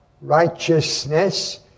righteousness